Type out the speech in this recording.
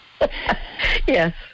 Yes